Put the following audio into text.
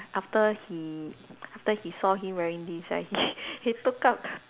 after he after he saw him wearing this right he he took out